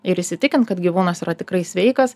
ir įsitikint kad gyvūnas yra tikrai sveikas